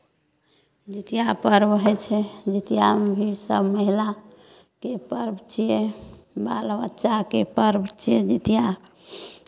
जितिया पर्व होइ छै जितियामे भी सभ महिलाके पर्व छियै बालबच्चाके पर्व छियै जितिया